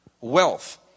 wealth